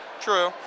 true